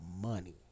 money